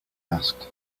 asked